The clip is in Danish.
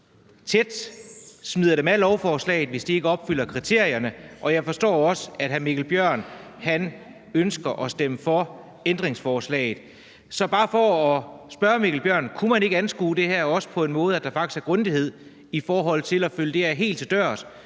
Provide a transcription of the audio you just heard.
og smider dem af lovforslaget, hvis de ikke opfylder kriterierne. Og jeg forstår også, at hr. Mikkel Bjørn ønsker at stemme for ændringsforslaget. Så jeg vil bare spørge hr. Mikkel Bjørn: Kunne man ikke også anskue det her på den måde, at der faktisk er grundighed i forhold til at følge det her helt til dørs?